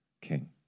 king